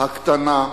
הקטנה,